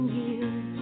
years